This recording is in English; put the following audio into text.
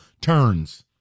turns